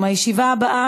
בעד,